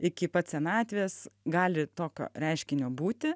iki pat senatvės gali tokio reiškinio būti